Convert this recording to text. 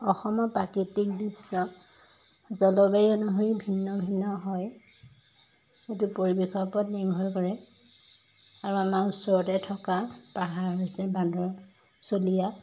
অসমৰ প্ৰাকৃতিক দৃশ্য জলবায়ু অনুসৰি ভিন্ন ভিন্ন হয় এইটো পৰিৱেশৰ ওপৰত নিৰ্ভৰ কৰে আৰু আমাৰ ওচৰতে থকা পাহাৰ হৈছে বান্দৰ চলিয়া